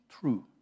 true